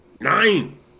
nine